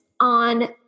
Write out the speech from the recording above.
on